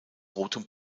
rotem